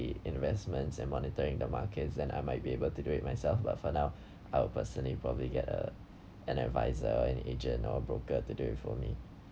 the investments and monitoring the markets and I might be able to do it myself but for now I will personally probably get a an adviser an agent or broker to do it for me